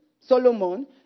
Solomon